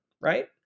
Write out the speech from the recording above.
right